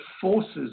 forces